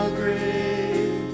great